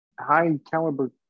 high-caliber